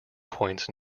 points